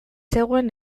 zegoen